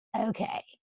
okay